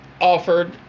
offered